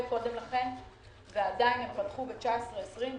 קודם לכן ועדיין הם פתחו ב-2019 וב-2020.